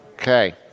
Okay